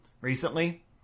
recently